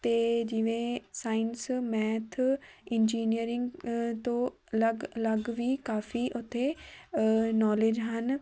ਅਤੇ ਜਿਵੇਂ science math engineering ਤੋਂ ਅਲੱਗ ਅਲੱਗ ਵੀ ਕਾਫੀ ਉੱਥੇ ਨੌਲੇਜ ਹਨ